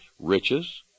riches